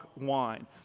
wine